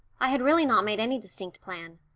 i had really not made any distinct plan.